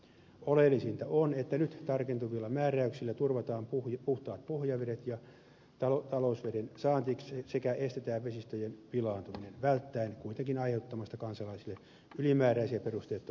oleellisinta on että nyt tarkentuvilla määräyksillä turvataan puhtaat pohjavedet ja talousveden saanti sekä estetään vesistöjen pilaantuminen välttäen kuitenkin aiheuttamasta kansalaisille ylimääräisiä perusteettomia kustannuksia